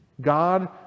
god